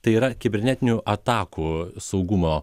tai yra kibernetinių atakų saugumo